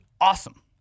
awesome